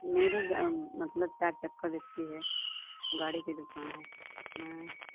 मेरी गा मतलब चार चक्का बिकती है गाड़ी की दुकान है हाँ